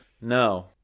No